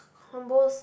combos